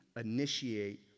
initiate